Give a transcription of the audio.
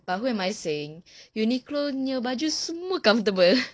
but what am I saying uniqlo punya baju semua comfortable